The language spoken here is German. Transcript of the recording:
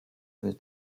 für